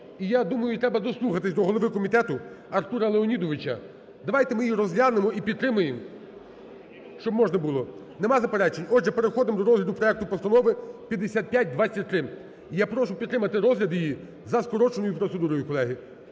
і я думаю, треба дослухатися до голови комітету Артура Леонідовича. Давайте ми її розглянемо і підтримаємо, щоб можна було…Нема заперечень? Отже, переходимо до розгляду проекту Постанови 5523. Я прошу підтримати розгляд її за скороченою процедурою, колеги.